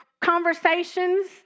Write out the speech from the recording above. conversations